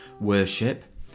worship